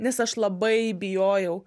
nes aš labai bijojau